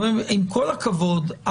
עם כל הכבוד,